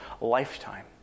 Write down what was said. lifetime